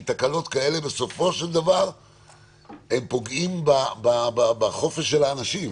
כי תקלות כאלה בסופו של דבר פוגעות בחופש של האנשים.